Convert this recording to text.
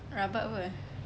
rabak [pe]